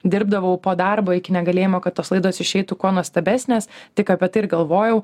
dirbdavau po darbo iki negalėjimo kad tos laidos išeitų kuo nuostabesnės tik apie tai ir galvojau